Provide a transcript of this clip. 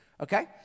Okay